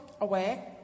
away